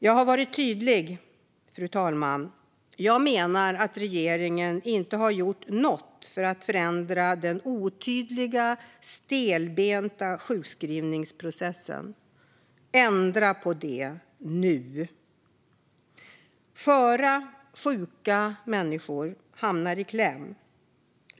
Jag har varit tydlig, fru talman. Jag menar att regeringen inte har gjort något för att förändra den otydliga, stelbenta sjukskrivningsprocessen. Ändra på det nu! Sköra, sjuka människor hamnar i kläm.